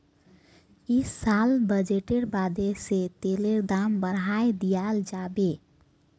इस साल बजटेर बादे से तेलेर दाम बढ़ाय दियाल जाबे